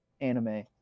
anime